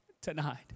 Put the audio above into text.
tonight